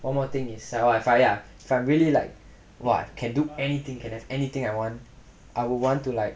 one more thing is avafaiyaa I really like !wah! can do anything can do anything I want I would want to like